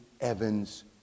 Evans